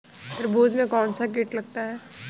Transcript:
तरबूज में कौनसा कीट लगता है?